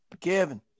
Kevin